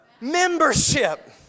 membership